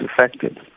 affected